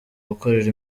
gukorera